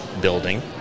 building